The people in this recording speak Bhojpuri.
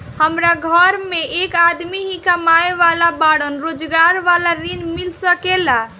हमरा घर में एक आदमी ही कमाए वाला बाड़न रोजगार वाला ऋण मिल सके ला?